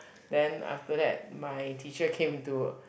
then after that my teacher came into